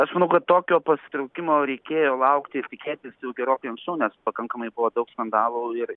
aš manau kad tokio pasitraukimo reikėjo laukti ir tikėtis gerokai anksčiau nes pakankamai buvo daug skandalų ir